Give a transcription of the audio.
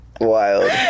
Wild